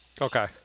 Okay